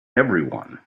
everyone